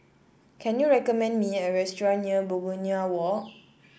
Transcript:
can you recommend me a restaurant near Begonia Walk